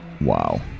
Wow